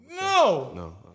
No